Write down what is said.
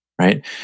right